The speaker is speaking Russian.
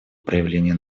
проявления